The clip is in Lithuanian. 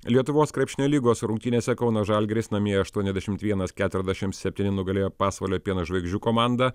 lietuvos krepšinio lygos rungtynėse kauno žalgiris namie aštuoniasdešimt vienas keturiasdešim septyni nugalėjo pasvalio pieno žvaigždžių komandą